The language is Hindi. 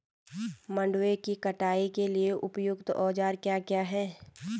मंडवे की कटाई के लिए उपयुक्त औज़ार क्या क्या हैं?